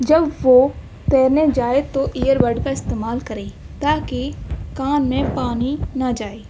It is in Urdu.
جب وہ تیرنے جائے تو ایئر بڈ کا استعمال کرے تاکہ کان میں پانی نہ جائے